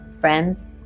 friends